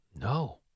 No